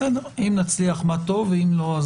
אם נצליח מה טוב, ואם לא,